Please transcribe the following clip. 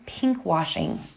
pinkwashing